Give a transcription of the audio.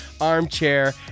armchair